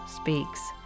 speaks